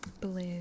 Blue